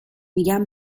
میگم